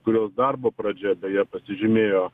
kurios darbo pradžia beje pasižymėjo